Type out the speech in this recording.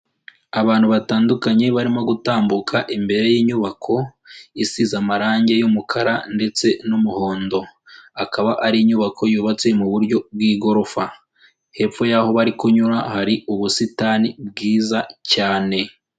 Abantu batandukanye barimo gutambuka imbere y'inyubako isize amarange y'umukara ndetse n'umuhondo, akaba ari inyubako yubatse mu buryo bw'igorofa, hepfo yaho bari kunyura hari ubusitani bwiza cyane.